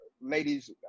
ladies